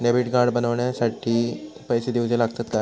Debit card बनवण्याखाती पैसे दिऊचे लागतात काय?